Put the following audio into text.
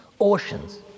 Oceans